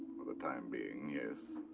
for the time being, yes.